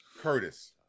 Curtis